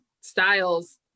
styles